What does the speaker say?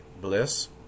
bliss